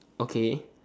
okay